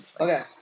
Okay